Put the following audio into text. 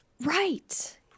Right